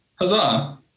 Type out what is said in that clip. Huzzah